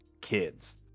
kids